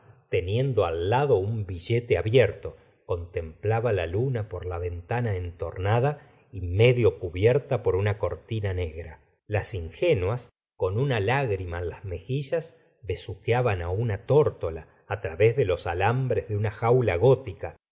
teniendo al lado un billete abierto contemplaba la luna por la ventana entornada y medio cubierta por una cortina negra las ingenuas con una lágrima en las mejillas besuqueaban á una tórtola través de los alambres de una jaula gótica